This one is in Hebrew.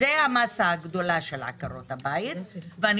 זאת המסה הגדולה של עקרות הבית ואני